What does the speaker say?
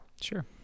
Sure